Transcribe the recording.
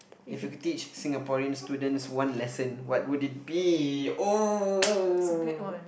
if you could teach Singaporean students one lesson what would it be oh